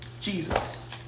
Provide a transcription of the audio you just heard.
Jesus